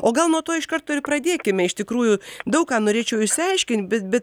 o gal nuo to iš karto ir pradėkime iš tikrųjų daug ką norėčiau išsiaiškint bet bet